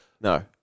No